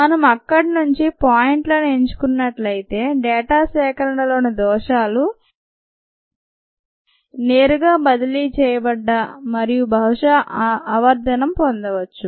మనం అక్కడ నుండి పాయింట్లను ఎంచుకున్నట్లయితే డేటా సేకరణలోని దోషాలు నేరుగా బదిలీ చేయబడ్డ మరియు బహుశా ఆవర్థనం పొందవచ్చు